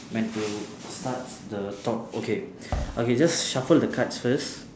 when to start the talk okay okay just shuffle the cards first